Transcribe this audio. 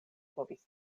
povis